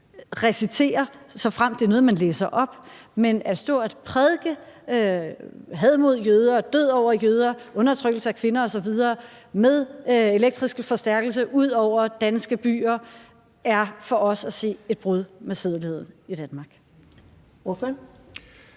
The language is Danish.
recitere, såfremt det er noget, man læser op, men at stå og prædike had mod jøder, død over jøder, undertrykkelse af kvinder osv. med elektrisk forstærkning ud over danske byer er for os at se et brud med sædeligheden i Danmark.